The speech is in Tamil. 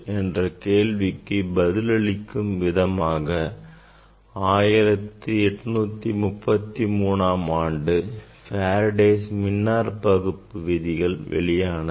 என்ற கேள்விகளுக்கு பதில் அளிக்கும் விதமாக 1833 ஆம் ஆண்டு Faradays மின்னாற்பகுப்பு விதிகள் வெளியானது